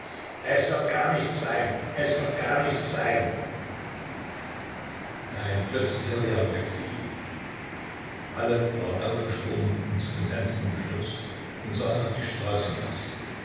es wird gar nichts sein es wird gar nichts sein ein plötzlicher lärm weckte ihn alle waren aufgesprungen und zu den fenstern gestürzt und sahen auf die straße hinaus